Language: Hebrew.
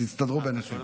תסתדרו ביניכם.